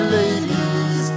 ladies